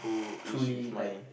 truly like